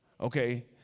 okay